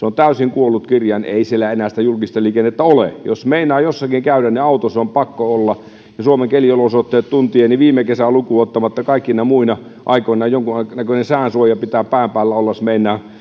on täysin kuollut kirjain ei siellä enää sitä julkista liikennettä ole jos meinaa jossakin käydä niin auto on pakko olla ja suomen keliolosuhteet tuntien viime kesää lukuun ottamatta kaikkina muina aikoina jonkunnäköinen sään suoja pitää pään päällä olla jos meinaa